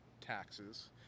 taxes